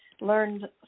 learned